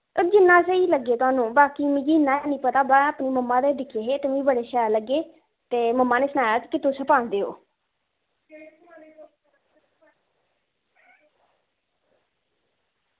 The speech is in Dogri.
ओह् जिन्ना स्हेई लग्गे थुआनू बाकी मिगी इन्ना ऐ निं पता ते में अपनी मम्मा दे दिक्खे हे ते मी बड़े शैल लग्गे ते मम्मा ने सनाया कि तुस पांदे ओ